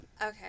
Okay